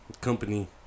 company